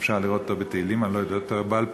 שאפשר לראותו בתהילים, ואני לא יודע אותו בעל-פה,